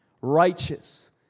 Righteous